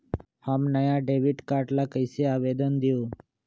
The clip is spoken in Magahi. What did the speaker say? हम नया डेबिट कार्ड ला कईसे आवेदन दिउ?